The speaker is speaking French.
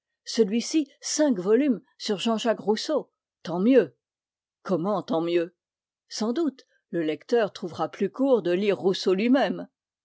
celui-ci cinq volumes sur jean-jacques rousseau tant mieux comment tant mieux sans doute le lecteur trouvera plus court de lire rousseau lui-même